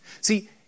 See